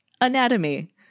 anatomy